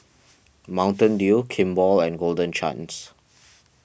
Mountain Dew Kimball and Golden Chance